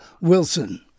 Wilson